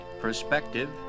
perspective